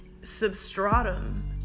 substratum